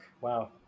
Wow